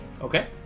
Okay